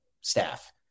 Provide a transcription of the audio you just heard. staff